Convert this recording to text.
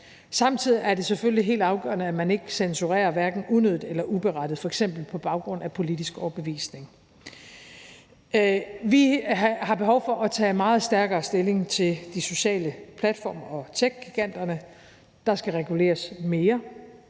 Samtidig er det selvfølgelig helt afgørende, at man ikke censurerer, hverken unødigt eller uberettiget, f.eks. på baggrund af politisk overbevisning. Vi har behov for at tage meget stærkere stilling til de sociale platforme og techgiganterne. Der skal reguleres mere.